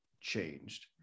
changed